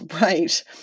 right